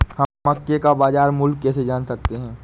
हम मक्के का बाजार मूल्य कैसे जान सकते हैं?